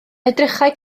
edrychai